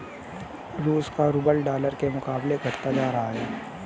रूस का rouble dollar के मुकाबले घटता जा रहा है